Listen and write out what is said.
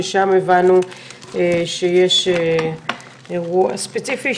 ששם הבנו שיש אירוע ספציפי,